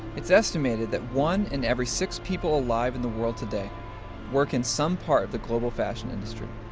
it's estimated that one in every six people alive in the world today work in some part of the global fashion industry,